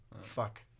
Fuck